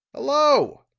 hello!